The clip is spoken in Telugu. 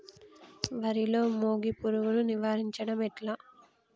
వరిలో మోగి పురుగును నివారించడం ఎట్లా?